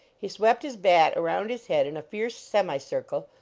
he swept his bat around his head in a fierce semi-circle,